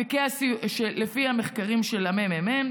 לפי המחקרים של הממ"מ,